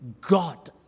God